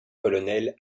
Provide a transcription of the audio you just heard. colonel